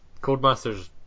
Codemasters